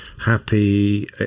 happy